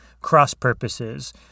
cross-purposes